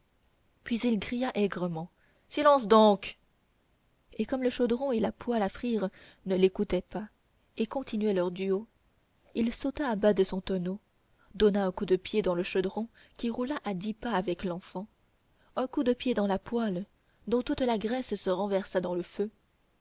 puis il cria aigrement silence donc et comme le chaudron et la poêle à frire ne l'écoutaient pas et continuaient leur duo il sauta à bas de son tonneau donna un coup de pied dans le chaudron qui roula à dix pas avec l'enfant un coup de pied dans la poêle dont toute la graisse se renversa dans le feu